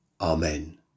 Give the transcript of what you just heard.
Amen